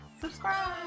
subscribe